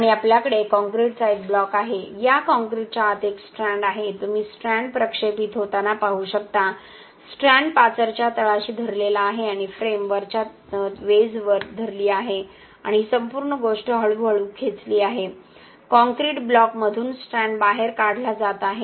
आणि आपल्याकडे काँक्रीटचा एक ब्लॉक आहे या काँक्रीटच्या आत एक स्ट्रँड आहे तुम्ही स्ट्रँड प्रक्षेपित होताना पाहू शकता स्ट्रँड पाचरच्या तळाशी धरलेला आहे आणि फ्रेम वरच्या वेजवर धरली आहे आणि ही संपूर्ण गोष्ट हळू हळू खेचली आहे काँक्रीट ब्लॉकमधून स्ट्रँड बाहेर काढला जात आहे